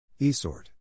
Esort